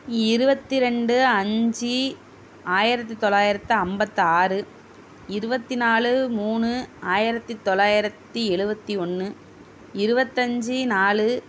இருபத்தி ரெண்டு அஞ்சி ஆயிரத்து தொளாயிரத்து ஐம்பத்தாறு இருபத்தி நாலு மூணு ஆயிரத்து தொளாயிரத்து எழுபத்தி ஒன்று இருபத்தஞ்சி நாலு